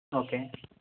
okay